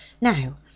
Now